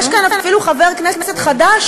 יש כאן אפילו חבר כנסת חדש,